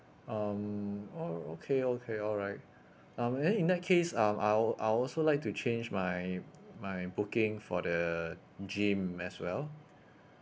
um orh okay okay all right um and then in that case um I'll I'll also like to change my my booking for the gym as well